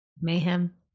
mayhem